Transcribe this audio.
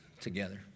together